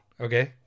Okay